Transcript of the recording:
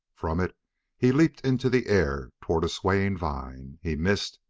from it he leaped into the air toward a swaying vine. he missed,